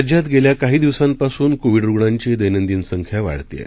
राज्यात गेल्या काही दिवसांपासून कोविड रुग्णांची दैनंदिन संख्या वाढत आहे